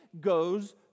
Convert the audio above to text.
goes